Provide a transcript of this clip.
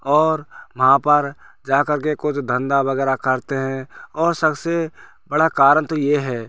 और वहाँ पर जा कर के कुछ धंधा वगैरह करते हैं और सबसे बड़ा कारण तो यह है